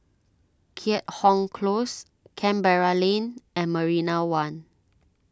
Keat Hong Close Canberra Lane and Marina one